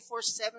24-7